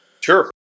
Sure